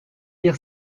dire